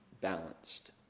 balanced